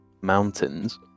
mountains